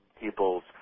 People's